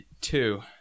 Two